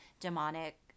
demonic